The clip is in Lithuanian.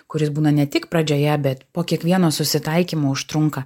kuris būna ne tik pradžioje bet po kiekvieno susitaikymo užtrunka